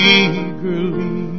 eagerly